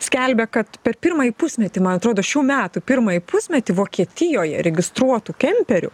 skelbia kad per pirmąjį pusmetį man atrodo šių metų pirmąjį pusmetį vokietijoje registruotų kemperių